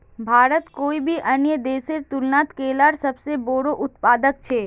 भारत कोई भी अन्य देशेर तुलनात केलार सबसे बोड़ो उत्पादक छे